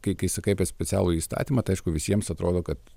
kai kai sakai apie specialųjį įstatymą tai aišku visiems atrodo kad